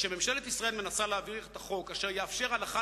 כשממשלת ישראל מנסה להעביר חוק אשר יאפשר הלכה